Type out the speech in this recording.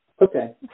Okay